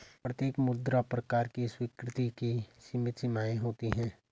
प्रत्येक मुद्रा प्रकार की स्वीकृति की सीमित सीमाएँ होती हैं